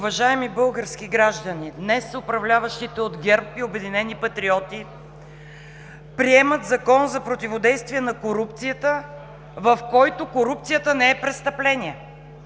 Уважаеми български граждани! Днес управляващите от ГЕРБ и „Обединени патриоти“ приемат Закон за противодействие на корупцията, в който корупцията не е престъпление.